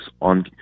on